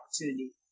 opportunity